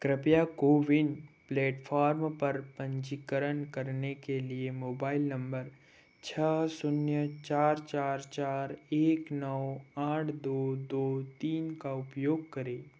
कृपया कोविन प्लेटफ़ॉर्म पर पंजीकरण करने के लिए मोबाइल नंबर छः शून्य चार चार चार एक नौ आठ दो दो तीन का उपयोग करें